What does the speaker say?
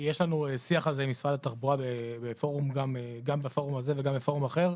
יש לנו שיח על זה עם משרד התחבורה גם בפורום הזה וגם בפורום אחר.